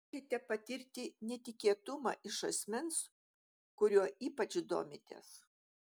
galite patirti netikėtumą iš asmens kuriuo ypač domitės